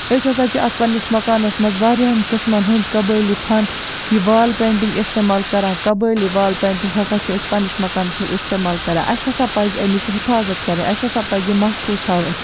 أسۍ ہسا چھِ اَتھ پَننِس مکانس منٛز واریاہَن قٕسمَن ہُنٛد قبٲیلی فن یہِ وال پینٛٹِنٛگ اِستِعمال کران قبٲیلی وال پینٛٹِنٛگ ہسا چھِ أسۍ پَننِس مکانَس منٛز اِستعمال کَران اسہِ ہسا پَزِ اَمِچ حِفاطت کرٕنۍ اسہِ ہسا پزِ یہٕ مَحفوٗظ تھاوٕنۍ